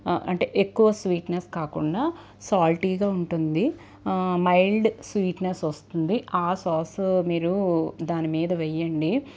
అంటే ఎక్కువ స్వీట్నెస్ కాకుండా సాల్టీగా ఉంటుంది మైల్డ్ స్వీట్నెస్ వస్తుంది ఆ సాస్ మీరు దాని మీద వేయండి